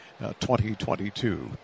2022